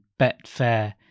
Betfair